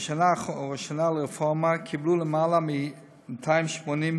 בשנה הראשונה לרפורמה קיבלו למעלה מ-280,000